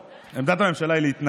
בכלל, את העמדה שלנו.